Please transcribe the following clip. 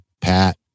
Pat